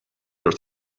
your